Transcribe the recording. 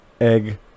Egg